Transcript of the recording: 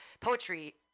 poetry